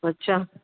अच्छा